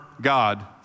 God